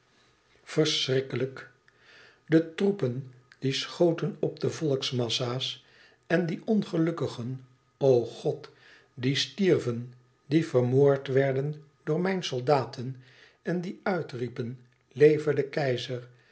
de troepen die schoten op de volksmassa's en die ongelukkigen o god die stierven die vermoord werden door mijn soldaten en die uitriepen leve de keizer